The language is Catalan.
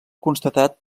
constatat